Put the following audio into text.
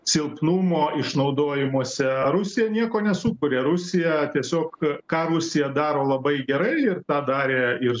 silpnumo išnaudojimose rusija nieko nesukuria rusija tiesiog ką rusija daro labai gerai ir tą darė ir